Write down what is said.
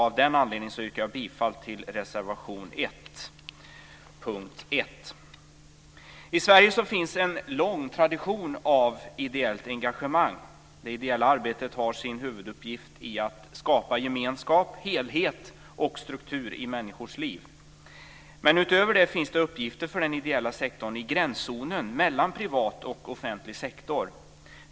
Av den anledningen yrkar jag bifall till reservation 1 I Sverige finns en lång tradition av ideellt engagemang. Det ideella arbetet har sin huvuduppgift i att skapa gemenskap, helhet och struktur i människors liv. Utöver det finns det uppgifter för den ideella sektorn i gränszonen mellan privat och offentlig sektor.